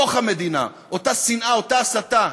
בתוך המדינה, אותה שנאה ואותה הסתה.